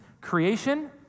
Creation